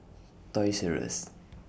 Toys Rus